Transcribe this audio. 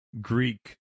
greek